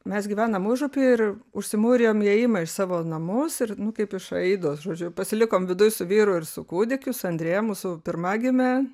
mes gyvenam užupy ir užsimūrijom įėjimą iš savo namus ir nu kaip iš aidos žodžiu pasilikom viduj su vyru ir su kūdikiu su andrėja mūsų pirmagime